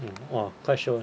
mm !wah! quite shiok eh